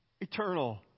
Eternal